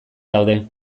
daude